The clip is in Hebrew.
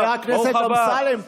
חבר הכנסת אמסלם,